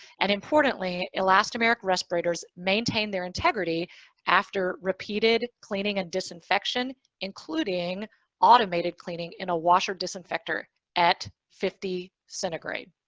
and importantly, elastomeric respirators maintain their integrity after repeated cleaning and disinfection including automated cleaning in a washer disinfector at fifty centigrade.